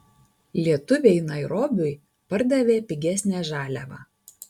lietuviai nairobiui pardavė pigesnę žaliavą